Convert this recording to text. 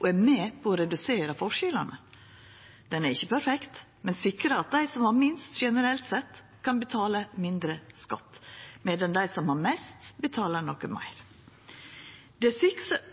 og er med på å redusera skilnadene. Han er ikkje perfekt, men sikrar at dei som har minst, generelt sett kan betala mindre skatt, medan dei som har mest, betaler noko meir. Det